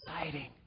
exciting